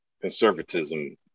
conservatism